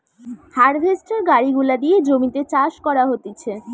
harvester গাড়ি গুলা দিয়ে জমিতে চাষ করা হতিছে